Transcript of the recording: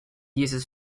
uses